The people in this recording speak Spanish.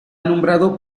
nombrado